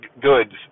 goods